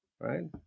right